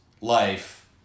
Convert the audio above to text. life